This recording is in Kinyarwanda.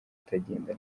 atagenda